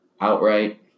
Outright